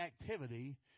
activity